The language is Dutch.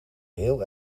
heel